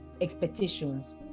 expectations